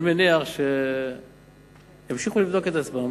אני מניח שימשיכו לבדוק את עצמם